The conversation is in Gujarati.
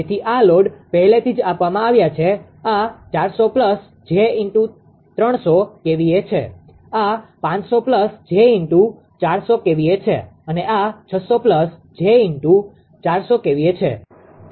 તેથી આ લોડ પહેલેથી જ આપવામાં આવ્યા છે આ 400 𝑗300 kVA છે આ 500 𝑗400 kVA છે અને આ 600 𝑗400 kVA છે